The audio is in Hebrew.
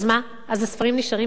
אז הספרים נשארים במחסן?